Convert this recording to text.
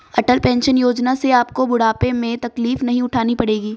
अटल pension Yojana से आपको बुढ़ापे में तकलीफ नहीं उठानी पड़ेगी